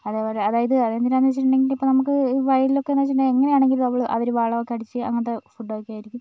അതുപോലെ അതായത് അതെന്തിനാന്ന് വെച്ചിട്ടുണ്ടെങ്കിൽ ഇപ്പോൾ നമുക്ക് വയൽലൊക്കെന്ന് വെച്ചിട്ടുണ്ടെങ്കിൽ എങ്ങനെയാണെങ്കിലും അവള് അവർ വളമൊക്കെ അടിച്ച് അങ്ങനത്തെ ഫുഡൊക്കേ ആയിരിക്കും